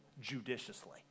judiciously